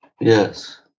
Yes